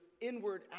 inward